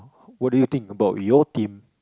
what do you think about your team